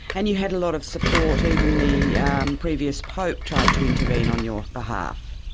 and you had a lot of support, even the previous pope tried to intervene on your behalf.